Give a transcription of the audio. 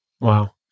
Wow